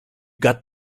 got